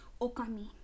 Okami